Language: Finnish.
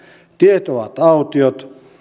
tiet ovat autiot